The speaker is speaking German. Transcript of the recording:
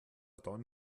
dann